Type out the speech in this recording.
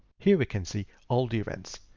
here we can see all the events,